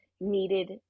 needed